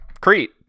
Crete